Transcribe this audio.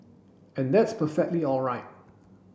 and that's perfectly all right